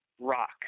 rock